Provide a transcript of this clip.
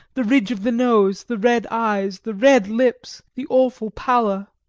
the ridge of the nose, the red eyes, the red lips, the awful pallor.